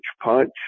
punch